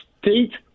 state